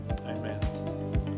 amen